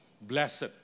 blessed